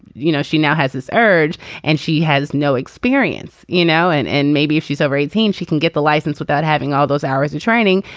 you know she now has this urge and she has no experience you know and and maybe if she's over eighteen she can get the license without having all those hours and training.